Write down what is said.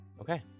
Okay